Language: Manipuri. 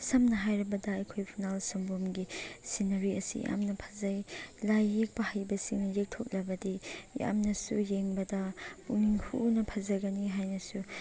ꯁꯝꯅ ꯍꯥꯏꯔꯕꯗ ꯑꯩꯈꯣꯏ ꯐꯨꯅꯥꯜ ꯁꯝꯕꯨꯝꯒꯤ ꯁꯤꯅꯔꯤ ꯑꯁꯤ ꯌꯥꯝꯅ ꯐꯖꯩ ꯂꯥꯏ ꯌꯦꯛꯄ ꯍꯩꯕꯁꯤꯡꯅ ꯌꯦꯛꯊꯣꯛꯂꯕꯗꯤ ꯌꯥꯝꯅꯁꯨ ꯌꯦꯡꯕꯗ ꯄꯨꯛꯅꯤꯡ ꯍꯨꯅ ꯐꯖꯒꯅꯤ ꯍꯥꯏꯅꯁꯨ